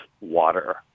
water